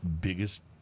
biggest